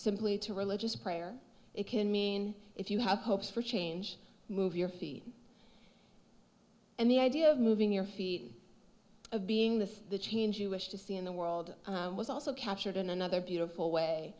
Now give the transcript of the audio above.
simply to religious prayer it can mean if you have hopes for change move your feet and the idea of moving your feet of being the change you wish to see in the world was also captured in another beautiful